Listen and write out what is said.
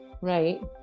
right